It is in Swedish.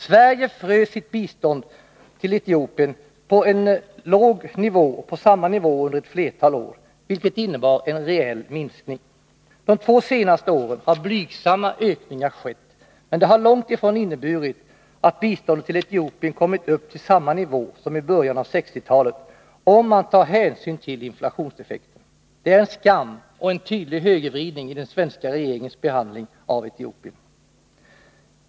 Sverige frös biståndet till Etiopien på samma nivå under ett flertal år, vilket innebar en reell minskning. De två senaste åren har blygsamma ökningar skett, men det har långt ifrån inneburit att biståndet till Etiopien kommit upp till samma nivå som i början av 1960-talet, om man tar hänsyn till inflationseffekten. Det är en skam och en tydlig högervridning i den svenska regeringens behandling av Etiopien.